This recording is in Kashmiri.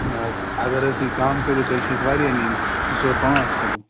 نہ حظ اگر حظ تُہۍ کَم کٔرِو تیٚلہِ چھِ اَسہِ واریاہ نِنۍ زٕ ژور پانٛژھ کِلوٗ